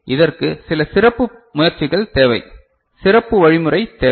எனவே இதற்கு சில சிறப்பு முயற்சிகள் தேவை சிறப்பு வழிமுறை தேவை